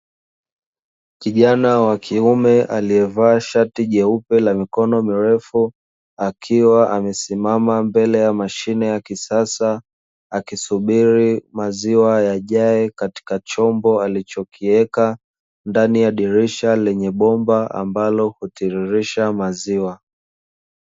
Kijana wa kiume aliyevaa shati jeupe la mikono mirefu, akiwa amesimama mbele ya mashine ya kisasa, akisubiri maziwa yajae katika chombo alichokiweka ndani ya dirisha lenye bomba ambalo hutiririsha maziwa.